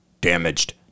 damaged